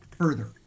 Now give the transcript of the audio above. further